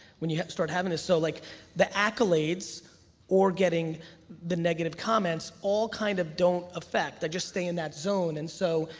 when you start having so like the accolades or getting the negative comments, all kind of don't affect that just stay in that zone, and so,